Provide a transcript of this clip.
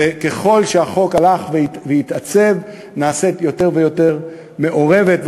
וככל שהחוק הלך והתעצב נעשית יותר ויותר מעורבת,